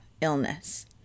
illness